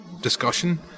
discussion